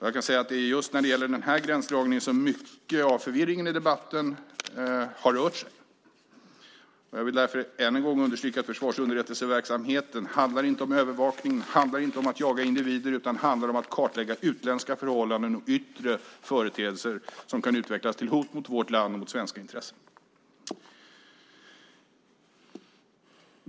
Jag kan säga att det är just när det gäller den här gränsdragningen som mycket av förvirringen i debatten har rört sig. Jag vill därför än en gång understryka att försvarsunderrättelseverksamheten inte handlar om övervakning. Den handlar inte om att jaga individer, utan den handlar om att kartlägga utländska förhållanden och yttre företeelser som kan utvecklas till hot mot vårt land och mot svenska intressen.